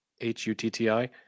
H-U-T-T-I